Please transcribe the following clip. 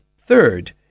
Third